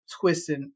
twisting